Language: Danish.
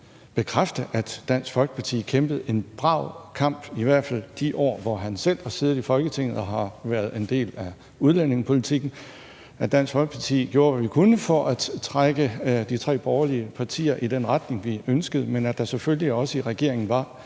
bekræfte, at Dansk Folkeparti kæmpede en brav kamp – i hvert fald i de år, hvor han selv har siddet i Folketinget og været en del af udlændingepolitikken – og gjorde, hvad vi kunne, for at trække de tre borgerlige partier i den retning, vi ønskede, men at der selvfølgelig også i regeringen var